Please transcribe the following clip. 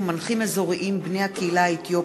בנושא: גבולות השיח במרחב האינטרנטי,